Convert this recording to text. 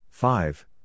Five